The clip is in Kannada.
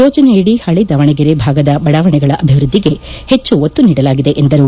ಯೋಜನೆಯಡಿ ಹಳೆ ದಾವಣಗೆರೆ ಭಾಗದ ಬಡಾವಣೆಗಳ ಅಭಿವೃದ್ದಿಗೆ ಹೆಚ್ಚು ಒತ್ತು ನೀಡಲಾಗಿದೆ ಎಂದರು